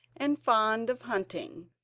and fond of hunting,